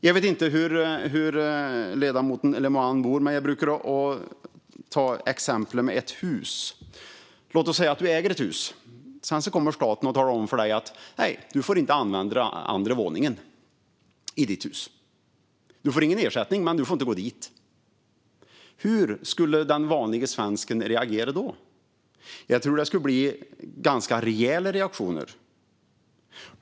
Jag vet inte hur ledamoten Le Moine bor, men jag brukar ta exemplet med ett hus: Låt oss säga att du äger ett hus, och så kommer staten och talar om för dig att du inte får använda andra våningen i ditt hus. Du får ingen ersättning, men du får inte gå dit. Hur skulle den vanlige svensken reagera då? Jag tror att det skulle bli ganska rejäla reaktioner.